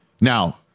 Now